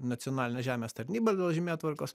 nacionalinė žemės tarnyba dėl žemėtvarkos